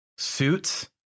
Suits